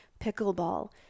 pickleball